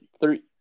three